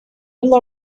lot